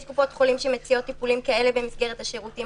יש קופות שמציעות טיפולים כאלה במסגרת השירותים